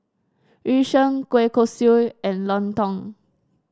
Yu Sheng Kueh Kosui and lontong